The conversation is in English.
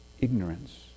ignorance